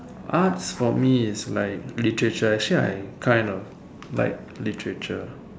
arts for me is like literature actually I kind of like literature